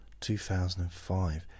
2005